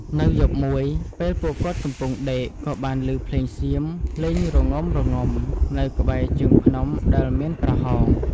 នៅយប់មួយពេលពួកគាត់កំពុងដេក ក៏បានឮភ្លេងសៀមលេងរងំៗនៅក្បែរជើងភ្នំដែលមានប្រហោង។